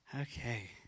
Okay